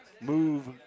move